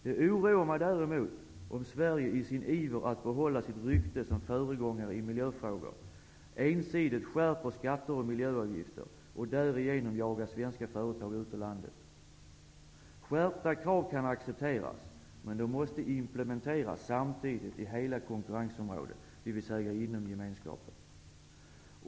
Det oroar mig däremot om Sverige i sin iver att behålla sitt rykte som föregångare i miljöfrågor, ensidigt skärper skatter och miljöavgifter och därigenom jagar svenska företag ut ur landet. Skärpta krav kan accepteras, men de måste implementeras samtidigt i hela konkurrensområdet, dvs. inom Gemenskapen.